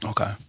Okay